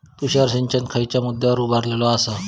तुषार सिंचन खयच्या मुद्द्यांवर उभारलेलो आसा?